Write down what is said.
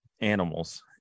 animals